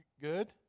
good